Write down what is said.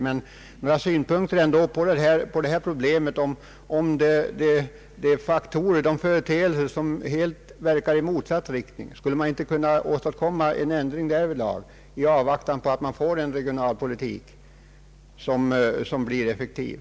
Skulle det dock inte vara möjligt att få till stånd en ändring när det gäller sådana företeelser som jag talat om, som verkar i motsatt riktning, i avvaktan på en regionalpolitik som är effektiv?